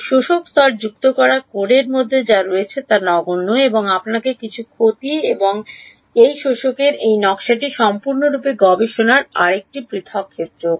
একটি শোষক স্তর যুক্ত করা কোডের মধ্যে যা রয়েছে তা নগণ্য এবং আপনাকে কিছু ক্ষতি এবং এই শোষকের এই নকশাটি সম্পূর্ণরূপে গবেষণার আরেকটি পৃথক ক্ষেত্র